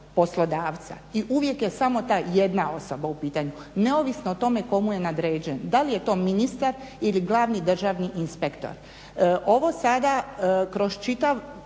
i uvijek je samo ta jedna osoba u pitanju neovisno o tome tko mu je nadređen, da li je to ministar ili glavni državni inspektor.